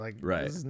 Right